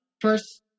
first